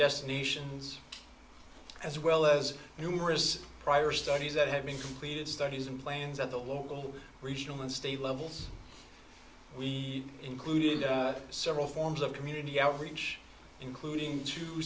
just nations as well as numerous prior studies that have been completed studies in planes at the local regional and state levels we included several forms of community outreach including two